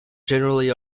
generally